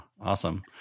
Awesome